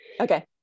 Okay